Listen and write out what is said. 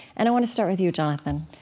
and i want to start with you, jonathan.